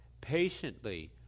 patiently